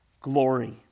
glory